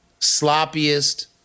sloppiest